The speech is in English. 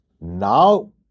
Now